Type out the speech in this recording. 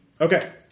Okay